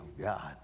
God